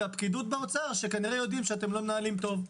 הפקידות באוצר שכנראה יודעים שאתם לא מנהלים טוב,